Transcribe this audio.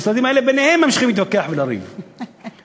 המשרדים האלה ממשיכים להתווכח ולריב ביניהם.